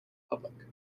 public